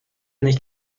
nicht